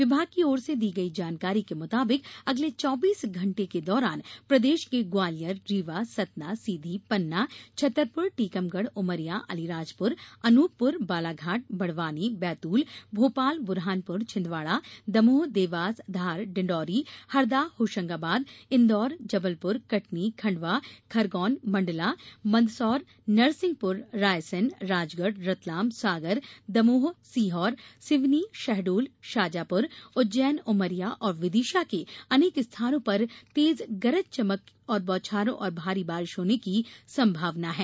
विभाग की ओर से दी गई जानकारी के मुताबिक अगले चौबीस घंटे के दौरान प्रदेश के ग्वालियर रीवा सतना सीधी पन्ना छतरपुर टीकमगढ़ उमरिया अलीराजपुर अन्पपुर बालाघाट बड़वानी बैतूल भोपाल बुरहानपुर छिंदवाड़ा दमोह देवास धार डिंडोरी हरदा होशंगाबाद इंदौर जबलपुर कटनी खंडवा खरगोन मंडला मंदसौर नरसिंहपुर रायसेन राजगढ़ रतलाम सागर दमोह सीहोर सिवनी शहडोल शाजापुर उज्जैन उमरिया और विदिशा के अनेक स्थानों पर तेज गरज बौछार और भारी बारिश होने की संभावना है